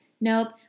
Nope